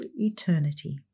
eternity